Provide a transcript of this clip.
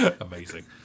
Amazing